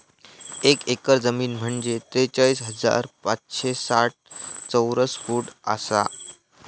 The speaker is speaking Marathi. एक एकर जमीन म्हंजे त्रेचाळीस हजार पाचशे साठ चौरस फूट आसा